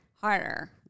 harder